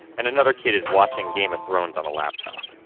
and another kid is watching game of thrones on a laptop